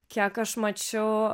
kiek aš mačiau